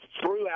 throughout